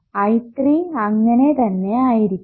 I3 അങ്ങനെ തന്നെ ആയിരിക്കും